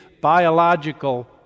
biological